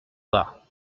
pas